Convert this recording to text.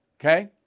Okay